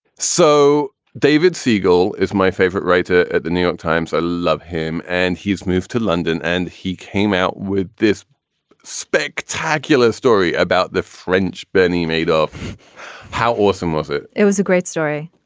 so david siegel is my favorite writer at the new york times. i love him and he's moved to london and he came out with this spectacular story about the french bernie madoff. how awesome was it? it was a great story.